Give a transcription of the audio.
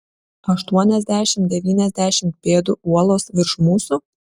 aštuoniasdešimt devyniasdešimt pėdų uolos virš mūsų